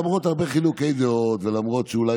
למרות הרבה חילוקי דעות ולמרות שאולי